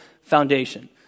foundation